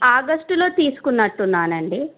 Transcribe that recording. ఆగస్టులో తీసుకున్నట్టున్నానండి